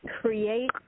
create